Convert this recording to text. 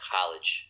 College